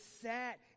sat